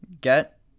get